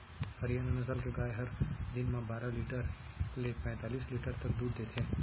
हरियाना नसल के गाय हर दिन म बारा लीटर ले पैतालिस लीटर तक दूद देथे